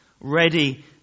ready